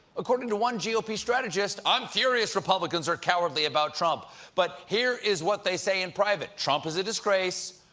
according to one gop strategist, i'm furious republicans are could wardly about trump but here is what they say in private, trump is a disgrace,